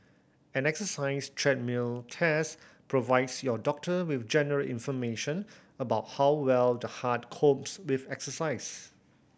an exercise treadmill test provides your doctor with general information about how well the heart copes with exercise